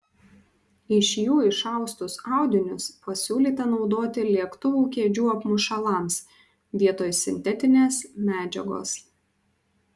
iš jų išaustus audinius pasiūlyta naudoti lėktuvų kėdžių apmušalams vietoj sintetinės medžiagos